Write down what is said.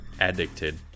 Addicted